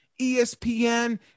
ESPN